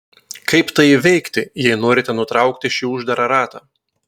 kaip tai įveikti jei norite nutraukti šį uždarą ratą